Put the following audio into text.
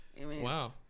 Wow